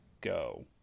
go